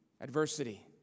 Adversity